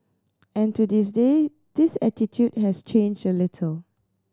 and to this day this attitude has changed little